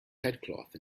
headcloth